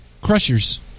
Crushers